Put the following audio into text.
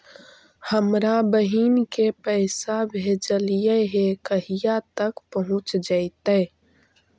हमरा बहिन के पैसा भेजेलियै है कहिया तक पहुँच जैतै?